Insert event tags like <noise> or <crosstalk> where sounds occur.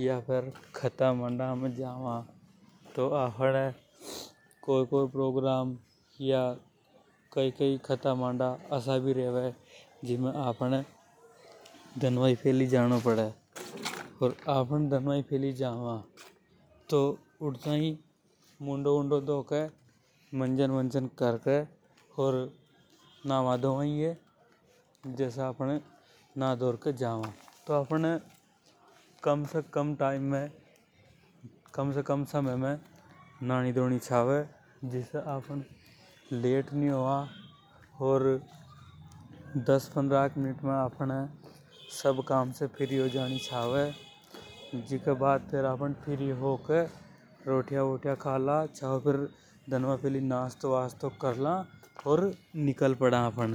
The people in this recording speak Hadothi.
या कई भी कथा मांडा में जावा। तो आफ़न <noise> कोई-कोई प्रोग्राम या कई-कई कथा मांडा असा भी रेवे । जीमे आपहने दनवा ई फैली जानो पड़े तो आफ़न दन वा ई फैली चाला। <noise> दन वा उठ के मुंडो दीवा मंजन वजन करके अर नाव दोबा ई हे। जसा आफ़न ना धो के जावा तो अपहाने कम से कम टाइम में ना नि धो नि छवे। <noise> जिसे आफ़न लेट नि होवा। <unintelligible> नाश्ता वास्ता कर ला ओर निकल पड़ा आफ़न।